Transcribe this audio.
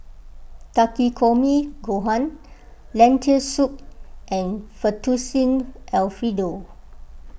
Takikomi Gohan Lentil Soup and Fettuccine Alfredo